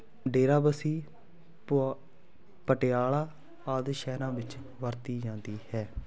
ਡੇਰਾ ਬਸੀ ਪੁਆ ਪਟਿਆਲਾ ਆਦਿ ਸ਼ਹਿਰਾਂ ਵਿੱਚ ਵਰਤੀ ਜਾਂਦੀ ਹੈ